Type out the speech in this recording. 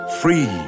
Free